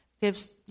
gives